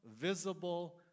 visible